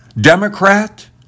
Democrat